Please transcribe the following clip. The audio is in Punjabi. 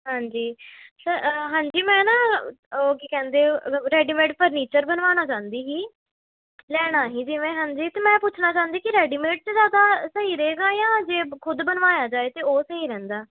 ਹਾਂਜੀ ਸਰ ਹਾਂਜੀ ਮੈਂ ਨਾ ਉਹ ਕੀ ਕਹਿੰਦੇ ਰ ਰੈਡੀਮੇਡ ਫਰਨੀਚਰ ਬਣਵਾਉਣਾ ਚਾਹੁੰਦੀ ਸੀ ਲੈਣਾ ਸੀ ਜੀ ਮੈਂ ਹਾਂਜੀ ਅਤੇ ਮੈਂ ਪੁੱਛਣਾ ਚਾਹੁੰਦੀ ਕਿ ਰੈਡੀਮੇਡ 'ਚ ਜ਼ਿਆਦਾ ਸਹੀ ਰਹੇਗਾ ਜਾਂ ਜੇ ਖੁਦ ਬਣਵਾਇਆ ਜਾਏ ਤਾਂ ਉਹ ਸਹੀ ਰਹਿੰਦਾ